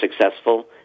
successful